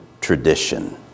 tradition